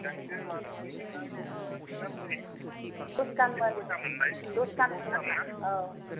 बिसिबांसो लानो मानि नोंना गस्लाया गासै दसखानमोन गासै खयथामोनलाय दसखान मोन आंना दसखानमोनना औ